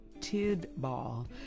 Tidball